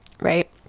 right